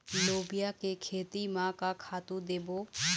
लोबिया के खेती म का खातू देबो?